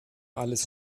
alles